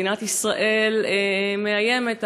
מדינת ישראל מאיימת.